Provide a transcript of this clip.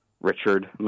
Richard